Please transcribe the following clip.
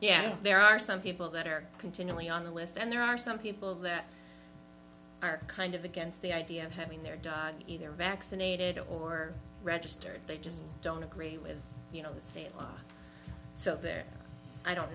yeah there are some people that are continually on the list and there are some people that are kind of against the idea of having their dog either vaccinated or registered they just don't agree with you know the state so they're i don't